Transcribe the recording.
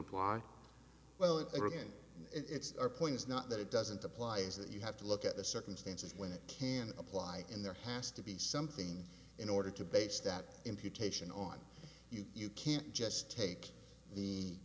apply well again it's our point it's not that it doesn't apply is that you have to look at the circumstances when it can apply in there has to be something in order to base that imputation on you you can't just take the